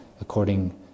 according